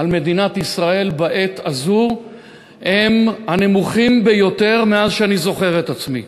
על מדינת ישראל בעת הזאת הם הנמוכים ביותר מאז שאני זוכר את עצמי,